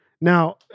Now